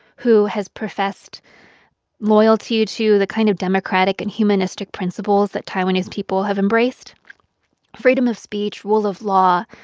who has professed loyalty to the kind of democratic and humanistic principles that taiwanese people have embraced freedom of speech, rule of law,